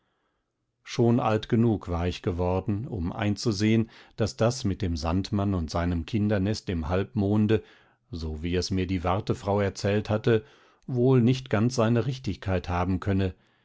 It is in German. schon alt genug war ich geworden um einzusehen daß das mit dem sandmann und seinem kindernest im halbmonde so wie es mir die wartefrau erzählt hatte wohl nicht ganz seine richtigkeit haben könne